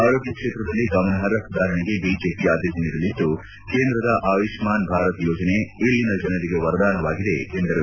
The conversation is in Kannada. ಆರೋಗ್ಯ ಕ್ಷೇತ್ರದಲ್ಲಿ ಗಮನಾರ್ಹ ಸುಧಾರಣೆಗೆ ಬಿಜೆಪಿ ಆದ್ಯತೆ ನೀಡಲಿದ್ದು ಕೇಂದ್ರದ ಆಯುಷ್ಮಾನ್ ಭಾರತ್ ಯೋಜನೆ ಇಲ್ಲಿನ ಜನರಿಗೆ ವರದಾನವಾಗಿದೆ ಎಂದರು